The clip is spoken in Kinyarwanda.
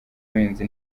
ubuhinzi